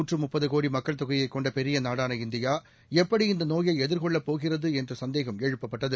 நூற்றி முப்பது கோடி மக்கள்தொகையைக் கொண்ட பெரிய நாடான இந்தியா எப்படி இந்த நோயை எதிர்கொள்ளப் போகிறது என்று எழுப்பப்பட்டது